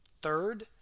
Third